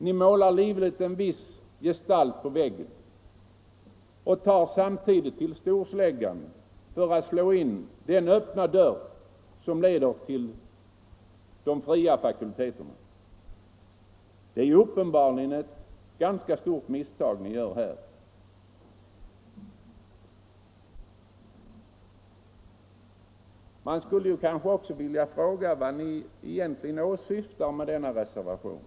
Ni målar livligt en viss gestalt på väggen och tar samtidigt till storsläggan för att slå in den öppna dörr som leder till de fria fakulteterna. Det är uppenbarligen ett ganska stort misstag ni gör. Jag vill också fråga vad ni egentligen åsyftar med reservationen.